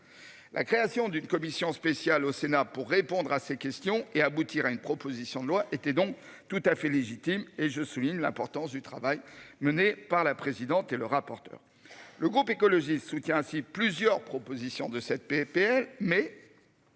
La création d'une commission spéciale au Sénat pour répondre à ces questions et aboutir à une proposition de loi était donc tout à fait légitime et je souligne l'importance du travail mené par la présidente et le rapporteur. Le groupe écologiste ce ainsi plusieurs propositions de cette PPL mais.